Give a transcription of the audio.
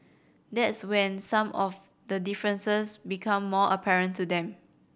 that's when some of the differences become more apparent to them